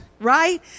right